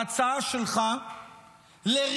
ההצעה שלך לריסוק